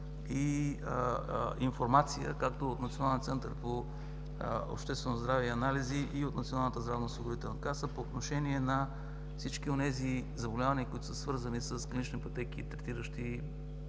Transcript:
и информация както от Националния център по обществено здраве и анализи, и от Националната здравноосигурителна каса по отношение на всички онези заболявания, които са свързани с клинични пътеки, третиращи